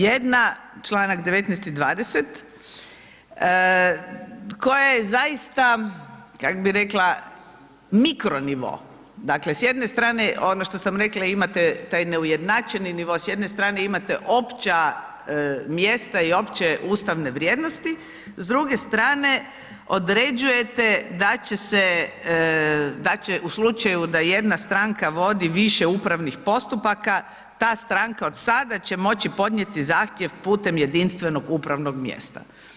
Jedna, čl. 19. i 20. tko je zaista, kak bi rekla, mikronivo, dakle, s jedne strane ono što sam rekla imate taj neujednačeni nivo, s jedne strane imate opća mjesta i opće ustavne vrijednosti, s druge strane određujete da će u slučaju da jedna stranka vodi više upravnih postupaka, ta stanka od sada će moći podnijeti zahtjev putem jedinstvenog upravnog mjesta.